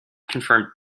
confirmed